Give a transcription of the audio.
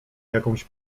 jakąś